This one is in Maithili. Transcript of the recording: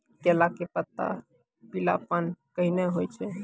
केला के पत्ता पीलापन कहना हो छै?